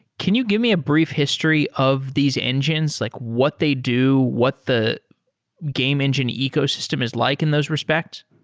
can you give me a brief history of these engines, like what they do? what the game engine ecosystem is like in those respect?